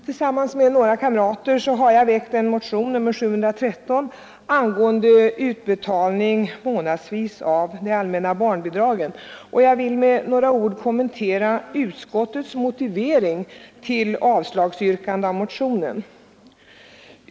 Tillsammans med några kamrater har jag väckt en motion, nr 713, angående utbetalning månadsvis av de allmänna barnbidragen, och jag vill med några ord kommentera utskottets motivering till avstyrkandet av motionen.